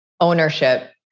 ownership